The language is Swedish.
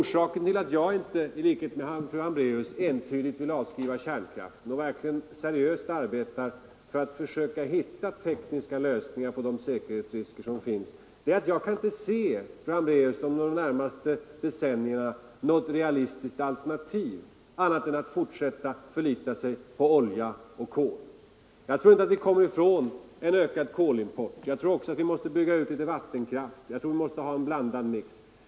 Orsaken till att jag inte, i motsats till fru Hambraeus, entydigt vill avskaffa kärnkraften och verkligen seriöst arbetar för att försöka hitta tekniska lösningar på de säkerhetsrisker som finns är att jag inte, fru Hambraeus, för de närmaste decennierna kan se något annat realistiskt alternativ än att fortsätta att förlita sig på olja och kol. Jag tror inte att vi kommmer ifrån en ökad kolimport. Jag tror också — Nr 131 att vi måste bygga ut litet vattenkraft. Jag tror att vi måste ha en mix.